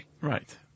Right